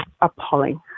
appalling